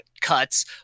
cuts